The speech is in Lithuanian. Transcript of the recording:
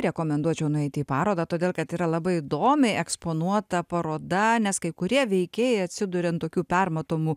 rekomenduočiau nueiti į parodą todėl kad yra labai įdomiai eksponuota paroda nes kai kurie veikėjai atsiduria ant tokių permatomų